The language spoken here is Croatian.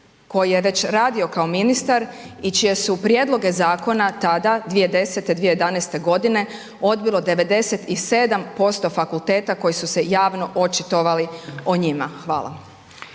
koji je već radio kao ministar i čije su prijedloge zakona tada 2010., 2011. godine odbilo 97% fakulteta koji su se javno očitovali o njima? Hvala.